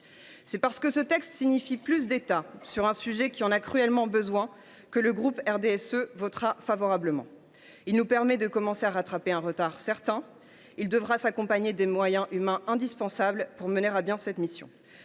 C’est parce que ce texte prévoit plus d’État dans un domaine qui en a cruellement besoin que le groupe RDSE votera pour son adoption. Il nous permet de commencer à rattraper un retard certain ; il devra s’accompagner des moyens humains indispensables pour mener à bien cette mission.